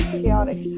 chaotic